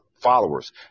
followers